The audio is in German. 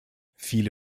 viele